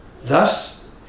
Thus